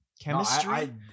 chemistry